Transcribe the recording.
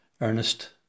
Ernest